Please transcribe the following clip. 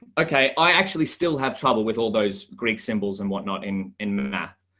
okay, i actually still have trouble with all those greek symbols and whatnot in in math.